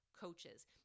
coaches